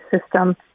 system